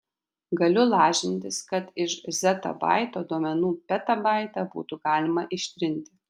galiu lažintis kad iš zetabaito duomenų petabaitą būtų galima ištrinti